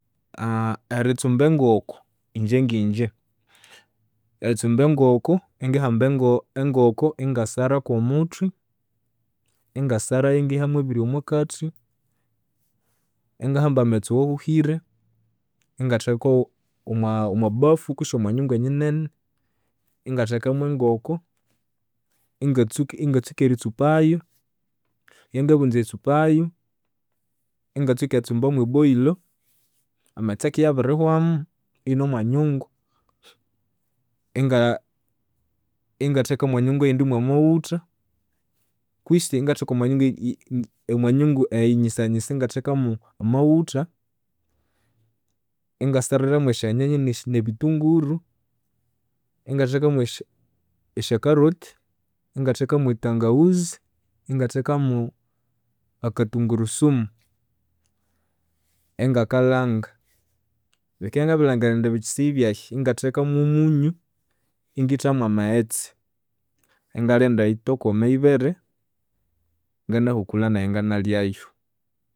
Eritsumba engoko injenginje, eritsumba engoko, ingihamba engoko ingasaraku omuthwe, ingasarayu ingihamu ebiri omwakathi, ingahamba amaghetse awahuhire, ingathekaghu omwabafu kwisi omwanyunga enyinene, ingathekamu engoko, inagtsuka eritsupayu, ngindibya ngabirighunza eritsupayu, ingatsuka eritsumbamu eboilo. Amaghetse akibya abirihwamu iyine omwanyungu, inga ingatheka omwanyu eyindi mwamaghutha, kwisi ingatheka omwanyungu eyu nyisanyisa ingathekamu amaghutha. Ingasarira mwesyanyanya nebitunguru, ingathekamu esya esya carot, ingathekamu etangahuzi, ingathekamu akatungurusumu, ingakalhanga. Bikibya ngabirilhangira indi bikyisigha ibyaya, ingathekamu omunyu ingithamu amaghetse, ingalinda yitokome yibere, nganahukulha nayinganalyayu.